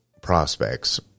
prospects